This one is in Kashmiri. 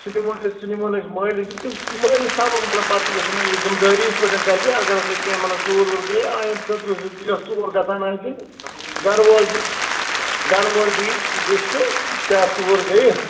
سُہ دِمہُون أسی سُہ نِمہُون أسۍ مٲلِس نِش تہٕ مٲلِس تھاوَِو مطلب پتہٕ یُتھ نا یہِ ذِمہٕ دٲری یِتھٕ پٲٹھۍ گَژھِ اگر ہَسا کیٚنٛہہ مطلب ژوٗر ووٗر گٔے آیِنٛدٕ خٲطرٕ یۅس ژوٗر گَژھان آسہِ گَرٕ وول گَرٕ وول دِی لِسٹہٕ کیٛاہ ژوٗر گٔیہِ